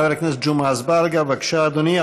חבר הכנסת ג'מעה אזברגה, בבקשה, אדוני.